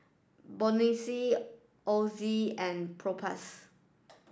Bonjela Oxy and Propass